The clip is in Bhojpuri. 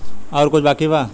और कुछ बाकी बा?